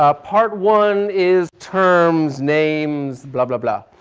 ah part one is terms, names, blah, blah, blah,